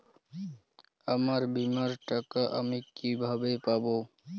আমার বীমার টাকা আমি কিভাবে পাবো?